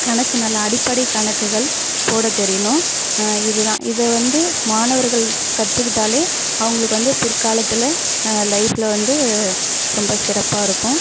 கணக்கு நல்லா அடிப்படை கணக்குகள் போட தெரியணும் இதுதான் இது வந்து மாணவர்கள் கற்றுகிட்டால் அவங்களுக்கு வந்து பிற்காலத்தில் லைஃபில் வந்து ரொம்ப சிறப்பாக இருக்கும்